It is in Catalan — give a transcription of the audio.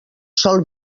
sol